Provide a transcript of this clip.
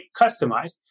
customized